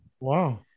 Wow